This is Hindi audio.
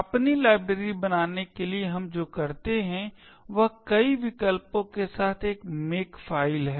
अपनी लाइब्रेरी बनाने के लिए हम जो करते हैं वह कई विकल्पों के साथ एक मेकफाइल है